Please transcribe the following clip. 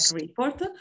report